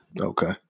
Okay